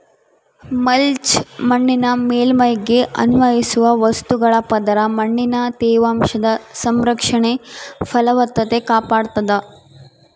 mulch ಮಣ್ಣಿನ ಮೇಲ್ಮೈಗೆ ಅನ್ವಯಿಸುವ ವಸ್ತುಗಳ ಪದರ ಮಣ್ಣಿನ ತೇವಾಂಶದ ಸಂರಕ್ಷಣೆ ಫಲವತ್ತತೆ ಕಾಪಾಡ್ತಾದ